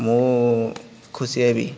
ମୁଁ ଖୁସି ହେବି